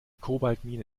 kobaltmine